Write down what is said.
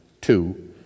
Two